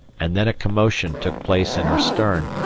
and then a commotion took place in her stern,